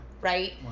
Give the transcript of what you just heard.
right